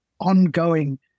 ongoing